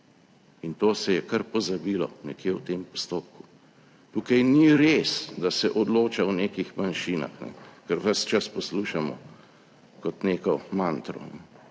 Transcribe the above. in to se je kar pozabilo nekje v tem postopku. Tukaj ni res, da se odloča o nekih manjšinah, kar ves čas poslušamo, kot neko mantro.